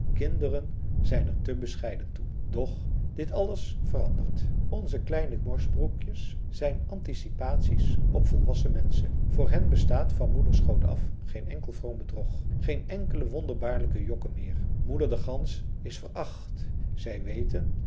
kinderen zijn er te bescheiden toe doch dit alles verandert onze kleine morsbroekjes zijn anticipaties op volwassen menschen voor hen bestaat van moeders schoot af geen enkel vroom bedrog geen enkele wonderbaarlijke jokken meer moeder de gans is veracht zij weten